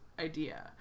idea